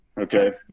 okay